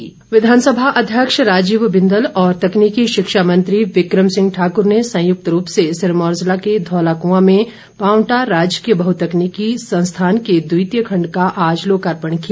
लोकार्पण विधानसभा अध्यक्ष राजीव बिंदल और तकनीकी शिक्षा मंत्री विक्रम सिंह ठाकुर ने संयुक्त रूप से सिरमौर जिला के धौलाकुंआ में पांवटा राजकीय बहुतकनीकी संस्थान के द्वितीय खण्ड का आज लोकार्पण किया